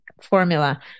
formula